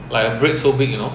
like a bread so big you know